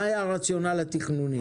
מה היה הרציונל התכנוני?